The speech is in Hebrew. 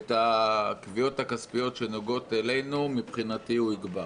את הקביעות הכספיות שנוגעות אלינו, יגבר.